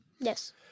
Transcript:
Yes